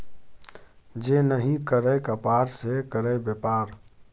जे नहि करय कपाड़ से करय बेपार